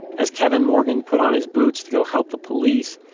as kevin morgan put on his boots to go help the police,